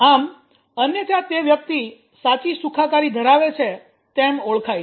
આમ અન્યથા તે વ્યક્તિ 'સાચી સુખાકારી ધરાવે છે' તેમ ઓળખાય છે